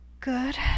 Good